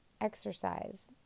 Exercise